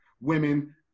women